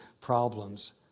problems